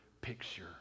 picture